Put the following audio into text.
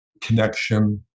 connection